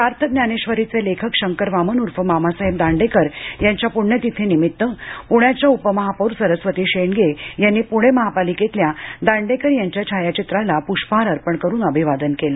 सार्थ ज्ञानेश्वरीचे लेखक शंकर वामन उर्फ मामासाहेब दांडेकर यांच्या पृण्यतिथीनिमित्त पृण्याच्या उपमहापौर सरस्वती शेंडगे यांनी पूणे महापालिकेतील दांडेकर यांच्या छायाचित्राला पुष्पहार अर्पण करून अभिवादन केले